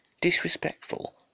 disrespectful